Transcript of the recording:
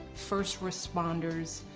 first responders,